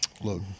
Look